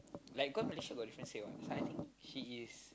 like cause Malaysia got different state one so I think she is